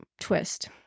twist